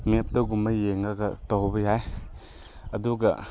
ꯃꯦꯞꯇꯒꯨꯝꯕ ꯌꯦꯡꯉꯒ ꯇꯧꯕ ꯌꯥꯏ ꯑꯗꯨꯒ